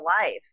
life